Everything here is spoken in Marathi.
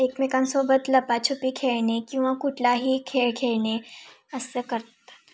एकमेकांसोबत लपाछपी खेळणे किंवा कुठलाही खेळ खेळणे असं करतात